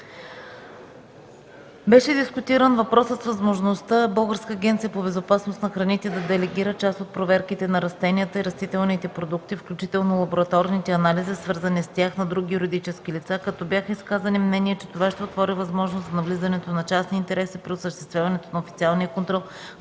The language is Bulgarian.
Беше дискутиран въпросът с възможността Българска агенция по безопасност на храните да делегира част от проверките на растенията и растителните продукти, включително лабораторните анализи, свързани с тях, на други юридически лица, като бяха изказани съмнения, че това ще отвори възможност за навлизането на частни интереси при осъществяването на официалния контрол,